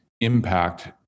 impact